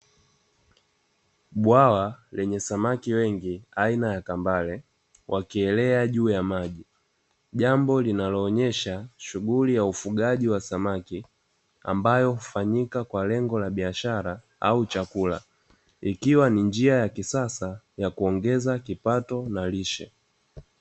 Bwawa lenye samaki wengi aina ya kambale, wakielea juu ya maji. Jambo linaloonyesha, shughuli ya ufugaji wa samaki, ambayo hufanyika kwa lengo la biashara au chakula. Ikiwa ni njia ya kisasa, ya kuongeza kipato na lishe.